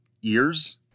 years